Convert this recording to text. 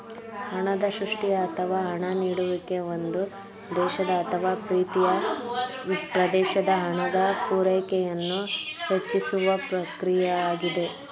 ಹಣದ ಸೃಷ್ಟಿಯ ಅಥವಾ ಹಣ ನೀಡುವಿಕೆ ಒಂದು ದೇಶದ ಅಥವಾ ಪ್ರೀತಿಯ ಪ್ರದೇಶದ ಹಣದ ಪೂರೈಕೆಯನ್ನು ಹೆಚ್ಚಿಸುವ ಪ್ರಕ್ರಿಯೆಯಾಗಿದೆ